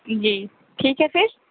جی ٹھیک ہے پھر